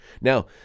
Now